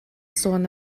sôn